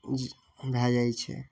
ज् भए जाइत छै